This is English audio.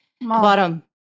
bottom